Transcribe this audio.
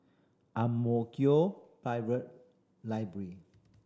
Ang Mo Kio Library